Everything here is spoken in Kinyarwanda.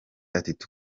ati